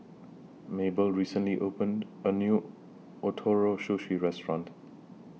Mable recently opened A New Ootoro Sushi Restaurant